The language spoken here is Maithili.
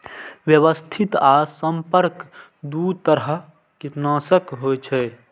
व्यवस्थित आ संपर्क दू तरह कीटनाशक होइ छै